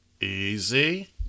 easy